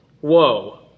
Whoa